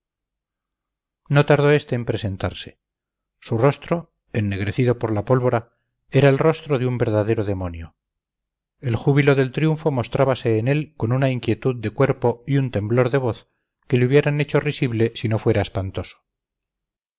tardó este en presentarse su rostro ennegrecido por la pólvora era el rostro de un verdadero demonio el júbilo del triunfo mostrábase en él con una inquietud de cuerpo y un temblor de voz que le hubieran hecho risible si no fuera espantoso